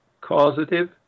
causative